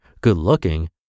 good-looking